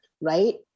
right